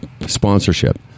sponsorship